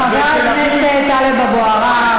חבר הכנסת טלב אבו עראר.